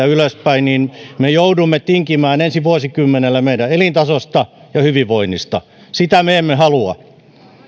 ylöspäin niin me joudumme tinkimään ensi vuosikymmenellä meidän elintasostamme ja hyvinvoinnistamme sitä me emme halua